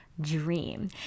dream